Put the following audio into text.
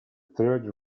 third